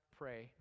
pray